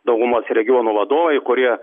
daugumos regionų vadovai kurie